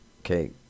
Okay